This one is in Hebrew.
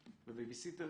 ובייביסיטר